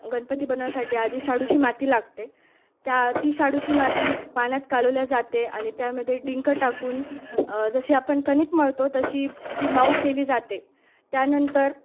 गणपती बनवायसाठी आधी शाडूची माती लागते त्या ती शाडूची माती पाण्यात कालवल्या जाते आणि त्यामध्ये डिंक टाकून जशी आपण कणिक मळतो तशी ती मऊ केली जाते त्यानंतर